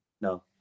no